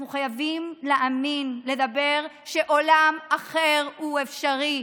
אנחנו חייבים להאמין, לדבר, שעולם אחר הוא אפשרי,